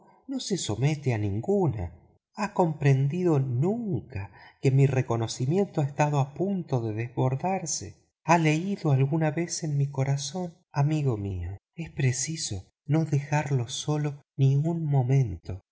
no se somete a ninguna ha comprendido nunca que mi reconocimiento ha estado a punto de desbordarse ha leído alguna vez en mi corazón amigo mío es preciso no dejarle solo ni un momento